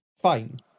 fine